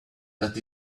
that